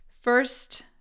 First